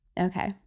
Okay